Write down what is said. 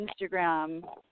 Instagram